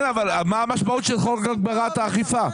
כן, אבל מה המשמעות של חוק הגברת האכיפה?